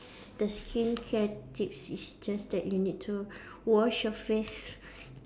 the skincare tips is just that you need to wash your face